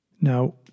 Now